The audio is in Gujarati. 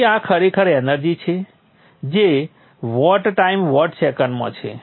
તેથી આ ખરેખર એનર્જી છે જે વોટ ટાઇમ વોટ સેકન્ડમાં છે